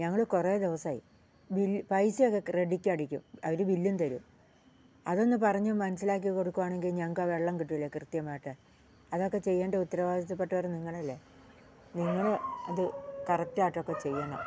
ഞങ്ങൾ കുറേ ദിവസമായി ബില് പൈസയൊക്കെ ക്രെഡിറ്റ് അടിക്കും അവർ ബില്ലും തരും അതൊന്ന് പറഞ്ഞു മനസ്സിലാക്കി കൊടുക്കുകയാണെങ്കിൽ ഞങ്ങൾക്ക് ആ വെള്ളം കിട്ടുകയില്ലേ കൃത്യമായിട്ട് അതൊക്കെ ചെയ്യേണ്ട ഉത്തരവാദിത്തപ്പെട്ടവർ നിങ്ങൾ അല്ലെ നിങ്ങൾ അത് കറക്റ്റായിട്ടൊക്കെ ചെയ്യണം